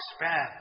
expand